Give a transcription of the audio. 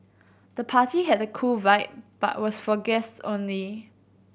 the party had a cool vibe but was for guests only